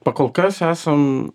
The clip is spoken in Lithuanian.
pakol kas esam